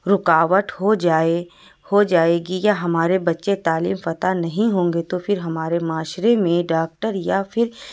رکاوٹ ہو جائے ہو جائے گی یا ہمارے بچے تعلیم یافتہ نہیں ہوں گے تو پھر ہمارے معاشرے میں ڈاکٹر یا پھر